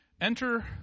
Enter